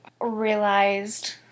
realized